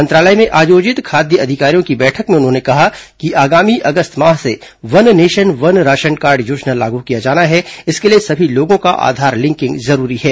मंत्रालय में आयोजित खाद्य अधिकारियों की बैठक में उन्होंने कहा कि आगामी अगस्त माह से वन नेशन वन राशनकार्ड योजना लागू किया जाना है इसके लिए सभी लोगों का आधार लिंकिंग जरूरी है